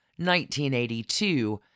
1982